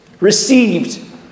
received